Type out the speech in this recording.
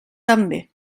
també